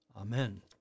Amen